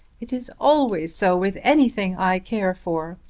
it is always so with anything i care for.